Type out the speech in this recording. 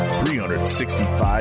365